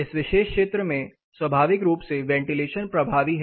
इस विशेष क्षेत्र में स्वाभाविक रूप से वेंटीलेशन प्रभावी है